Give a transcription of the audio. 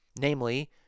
namely